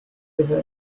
gyfer